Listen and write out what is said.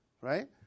Right